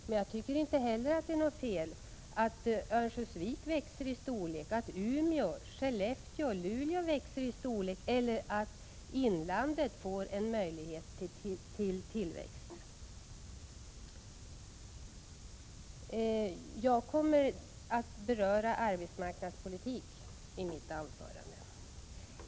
Men jag tycker inte heller att det är fel att Örnsköldsvik växer i storlek, att Umeå, Skellefteå och Luleå gör det eller att inlandet får en möjlighet till tillväxt. Jag kommer att beröra arbetsmarknadspolitik i mitt anförande.